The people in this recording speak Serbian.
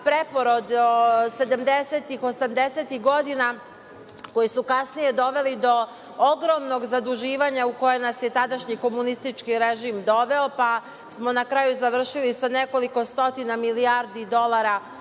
preporod 70-ih, 80-ih godina koji su kasnije doveli do ogromnog zaduživanja u koji nas je tadašnji komunistički režim doveo, pa smo na kraju završili sa nekoliko stotina milijardi dolara